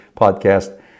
podcast